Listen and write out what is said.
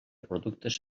productes